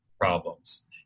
problems